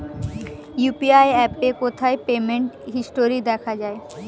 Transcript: UPI অ্যাপে কোথায় payment history দেখা যায়?